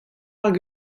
hag